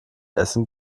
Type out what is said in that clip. essen